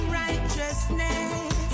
righteousness